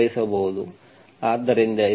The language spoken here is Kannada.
ಆದ್ದರಿಂದ ಇದು ಸಾಮಾನ್ಯ ಪರಿಹಾರವಾಗಿದೆ ಸರಿ